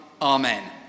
Amen